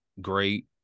great